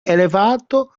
elevato